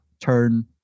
turn